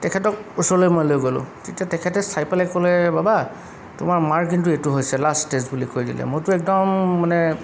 তেখেতক ওচৰলৈ মই লৈ গ'লোঁ তেতিয়া তেখেতে চাই পেলাই ক'লে বাবা তোমাৰ মাৰ কিন্তু এইটো হৈছে লাষ্ট ষ্টেজ বুলি কৈ দিলে মইতো একদম মানে